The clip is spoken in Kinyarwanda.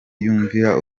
yumvira